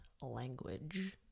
language